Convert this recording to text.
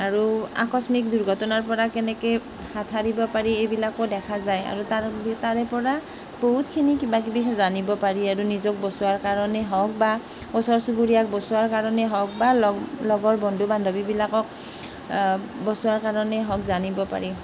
আৰু আকস্মিক দুৰ্ঘটনাৰ পৰা কেনেকৈ হাত সাৰিব পাৰি এইবিলাকো দেখা যায় আৰু তাৰ তাৰে পৰা বহুতখিনি কিবা কিবি জানিব পাৰি আৰু নিজক বচোৱাৰ কাৰণে হওক বা ওচৰ চুবুৰীয়াক বচোৱাৰ কাৰণেই হওক বা লগ লগৰ বন্ধু বান্ধৱীবিলাকক বচোৱাৰ কাৰণেই হওক জানিব পাৰি